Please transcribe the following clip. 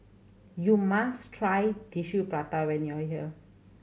you must try Tissue Prata when you are here